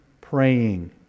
praying